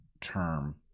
term